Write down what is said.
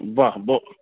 वाह बहुत